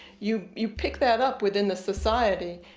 you you pick that up within the society.